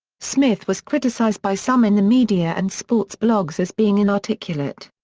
smith was criticized by some in the media and sports blogs as being inarticulate.